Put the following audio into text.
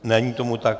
Není tomu tak.